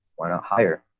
why not hire.